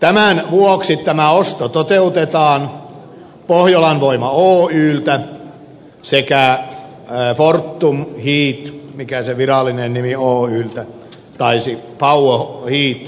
tämän vuoksi tämä osto toteutetaan pohjolan voima oyltä sekä fortum kii mikä se virallinen nimi on power and heat oyltä